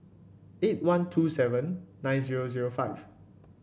eight one two seven nine zero zero five